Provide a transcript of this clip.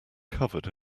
covered